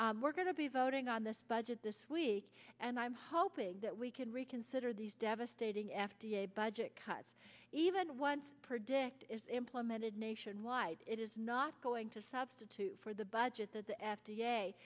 safe we're going to be voting on this budget this week and i'm hoping that we can reconsider these devastating f d a budget cuts even once per day is implemented nationwide it is not going to substitute for the budget that the f